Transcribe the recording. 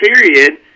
period